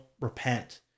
repent